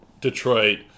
Detroit